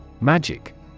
Magic